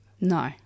No